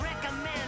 recommend